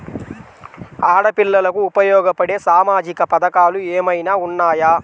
ఆడపిల్లలకు ఉపయోగపడే సామాజిక పథకాలు ఏమైనా ఉన్నాయా?